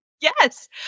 Yes